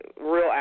real